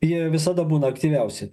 jie visada būna aktyviausi